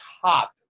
top